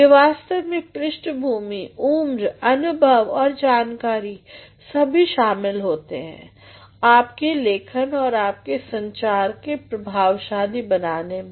ये वास्तव में पृष्ठभूमि उम्रअनुभव और जानकारी सभी शामिल होते हैं आपकी लेखन और आपकी संचार को प्रभावशाली बनाने में